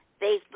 Facebook